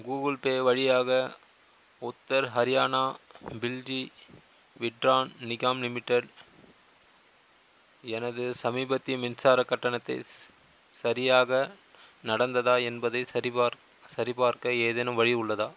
Google Pay வழியாக உத்தர் ஹரியானா பில்ஜி Vitran Nigam limited எனது சமீபத்திய மின்சாரக் கட்டணத்தை ச சரியாக நடந்ததா என்பதைச் சரிபார் சரிபார்க்க ஏதேனும் வழி உள்ளதா